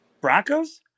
Broncos